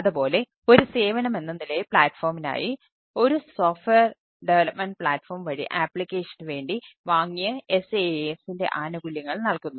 അതുപോലെ ഒരു സേവനമെന്ന നിലയിൽ പ്ലാറ്റ്ഫോമിനായി നൽകുന്നു